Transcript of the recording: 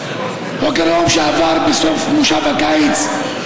שעבר בסוף מושב הקיץ,